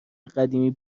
قدیمی